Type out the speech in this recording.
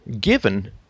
given